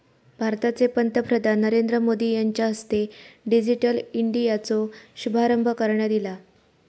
भारताचे पंतप्रधान नरेंद्र मोदी यांच्या हस्ते डिजिटल इंडियाचो शुभारंभ करण्यात ईला